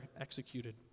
executed